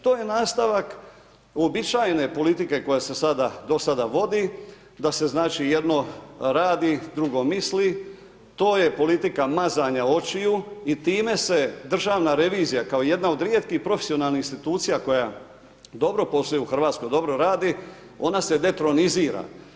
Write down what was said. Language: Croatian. To je nastavak uobičajene politike koja se dosada vodi, da se znači, jedno radi, drugo misli, to je politika mazanja očiju i time se Državna revizija kao jedna od rijetkih profesionalnih institucija koja dobro posluje u Hrvatskoj, dobro radi, ona se detronizira.